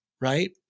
Right